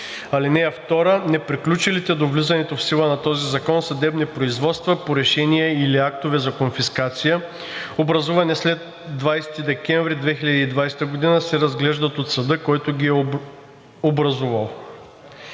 ред. (2) Неприключилите до влизането в сила на този закон съдебни производства по решения или актове за конфискация, образувани след 20 декември 2020 г., се разглеждат от съда, който ги е образувал.“